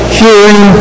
hearing